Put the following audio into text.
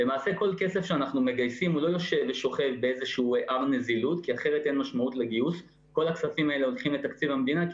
למעשה כל הכספים שאנחנו מגייסים הולכים לתקציב המדינה כי